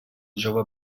jove